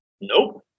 Nope